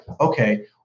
okay